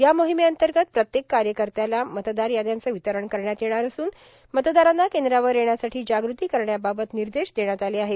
या मोहोमेअंतगत प्रत्येक कायकत्र्याला मतदार याद्यांचं र्वतरण करण्यात येणार असून मतदारांना कद्रावर येण्यासाठी जागृती करण्याबाबत ानदश देण्यात आले आहेत